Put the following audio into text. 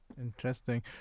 Interesting